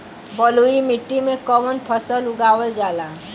बलुई मिट्टी में कवन फसल उगावल जाला?